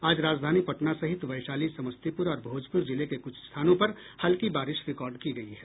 आज राजधानी पटना सहित वैशाली समस्तीपुर और भोजपुर जिले के कुछ स्थानों पर हल्की बारिश रिकॉर्ड की गयी है